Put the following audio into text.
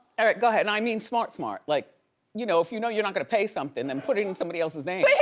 right, go ahead. and i mean, smart, smart. like you know, if you know you're not gonna pay something then put it in somebody else's name. yeah